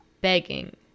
begging